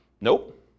nope